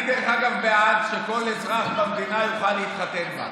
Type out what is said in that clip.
דרך אגב, אני בעד שכל אזרח במדינה יוכל להתחתן בה.